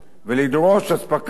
ולדרוש אספקת